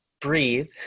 breathe